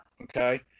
okay